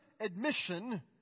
admission